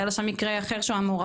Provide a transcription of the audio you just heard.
היה לו שם מקרה אחר שהוא היה מעורב בו.